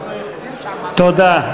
תודה.